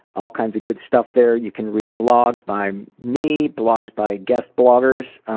all kinds of good stuff there. you can read blogs by me, blogs by guest bloggers,